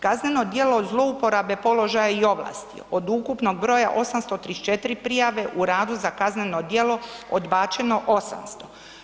Kazneno djelo zlouporabe položaja i ovlasti, od ukupnog broja 834 prijave, u radu za kazneno djelo odbačeno 800.